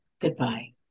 goodbye